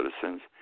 citizens